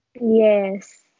Yes